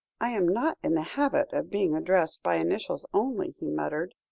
i am not in the habit of being addressed by initials only, he muttered,